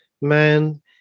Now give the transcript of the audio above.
man